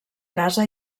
casa